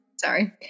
Sorry